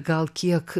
gal kiek